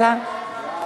ההצעה להעביר